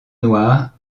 noires